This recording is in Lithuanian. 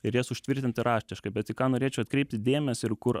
ir jas užtvirtinti raštiškai bet į ką norėčiau atkreipti dėmesį ir kur